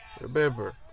remember